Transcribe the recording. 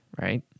Right